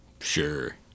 Sure